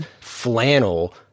flannel